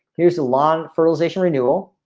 here's a long fertilization renewal.